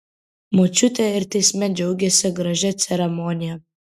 močiutė ir teisme džiaugėsi gražia ceremonija